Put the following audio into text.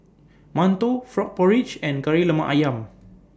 mantou Frog Porridge and Kari Lemak Ayam